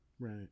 right